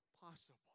possible